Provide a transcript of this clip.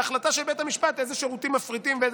בהחלטה של בית המשפט איזה שירותים מפריטים.